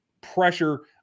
pressure